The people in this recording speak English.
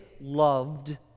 loved